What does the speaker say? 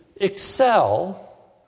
excel